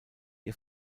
ihr